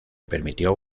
permitió